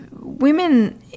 women